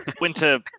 winter